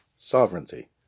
Sovereignty